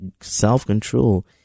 self-control